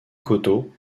coteau